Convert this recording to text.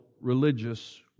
religious